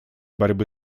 борьбы